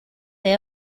they